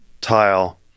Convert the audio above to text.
tile